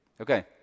okay